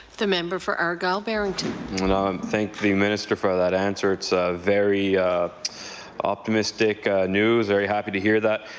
the member for argyle-barrington. i thank the minister for that answer. it's a very optimistic news. very happy to hear that.